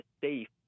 safe